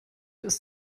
ist